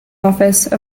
office